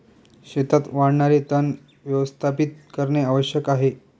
शेतात वाढणारे तण व्यवस्थापित करणे आवश्यक आहे